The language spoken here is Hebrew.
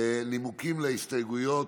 נימוקים להסתייגויות,